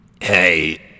Hey